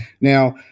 now